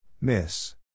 Miss